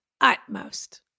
utmost